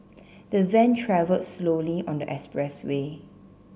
the van travelled slowly on the expressway